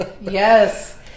Yes